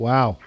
Wow